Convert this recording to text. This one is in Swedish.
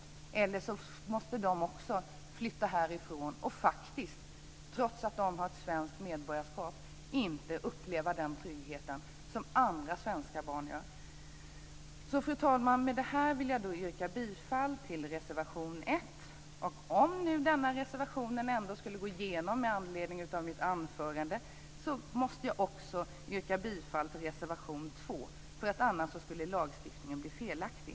Eller också måste dessa barn också flytta härifrån och faktiskt, trots att de är svenska medborgare, inte få uppleva den trygghet som andra svenska barn har. Fru talman! Med detta vill jag yrka bifall till reservation 1. Och om nu denna reservation skulle bifallas med anledning av mitt anförande måste jag också yrka bifall till reservation 2, annars skulle lagstiftningen bli felaktig.